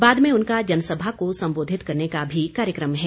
बाद में उनका जनसभा को संबोधित करने का भी कार्यकम है